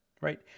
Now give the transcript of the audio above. right